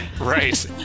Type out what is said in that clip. Right